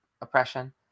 oppression